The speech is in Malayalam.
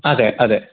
അതെ അതെ